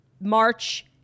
March